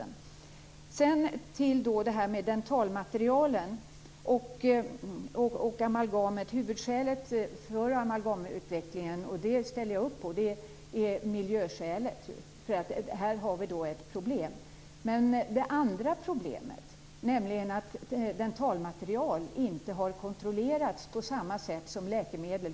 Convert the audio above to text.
Så går jag över till frågan om dentalmaterial och amalgam. Huvudskälet för amalgamavvecklingen - det ställer jag upp på - är miljöskälet. Här har vi ett problem. Det andra problemet är att dentalmaterial inte har kontrollerats på samma sätt som läkemedel.